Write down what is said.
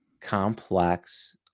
complex